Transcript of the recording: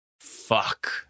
Fuck